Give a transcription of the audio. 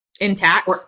intact